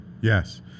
Yes